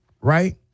right